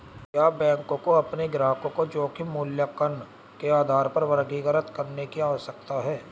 क्या बैंकों को अपने ग्राहकों को जोखिम मूल्यांकन के आधार पर वर्गीकृत करने की आवश्यकता है?